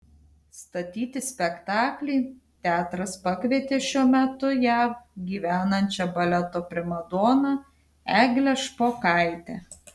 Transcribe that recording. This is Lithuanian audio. statyti spektaklį teatras pakvietė šiuo metu jav gyvenančią baleto primadoną eglę špokaitę